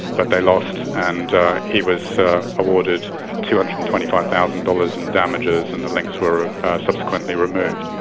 but they lost, and he was awarded two hundred and twenty five thousand dollars in damages, and the links were subsequently removed.